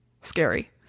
scary